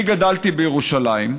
אני גדלתי בירושלים.